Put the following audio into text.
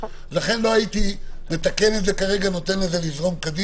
לכן לא הייתי מתקן את זה כרגע וזורם קדימה.